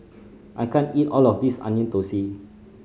I can't eat all of this Onion Thosai